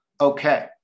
Okay